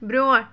برٛونٛٹھ